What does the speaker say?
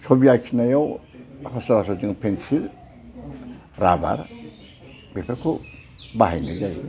सबि आखिनायाव माखासे बसथु फेनसिल राबार बेफोरखौ बाहायनाय जायो